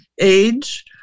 age